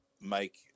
make